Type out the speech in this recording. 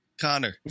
Connor